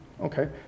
Okay